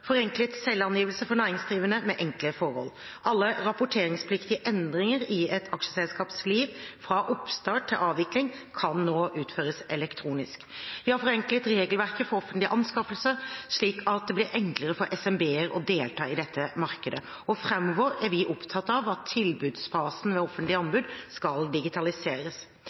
forenklet selvangivelse for næringsdrivende med enkle forhold. Alle rapporteringspliktige endringer i et aksjeselskaps liv – fra oppstart til avvikling – kan nå utføres elektronisk. Vi har forenklet regelverket for offentlige anskaffelser, slik at det blir enklere for SMB-er å delta i dette markedet, og fremover er vi opptatt av at tilbudsfasen ved offentlige anbud skal digitaliseres.